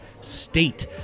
state